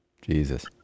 Jesus